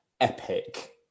epic